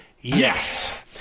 yes